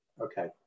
okay